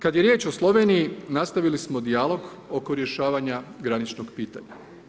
Kad je riječ o Sloveniji, nastavili smo dijalog oko rješavanja graničnog pitanja.